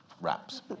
wraps